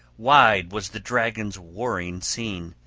wide was the dragon's warring seen,